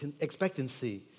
expectancy